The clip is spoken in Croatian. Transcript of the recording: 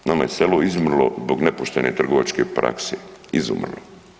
Nama je selo izumrlo zbog nepoštene trgovačke prakse, izumrlo.